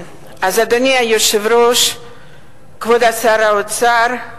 אדוני היושב-ראש, כבוד שר האוצר,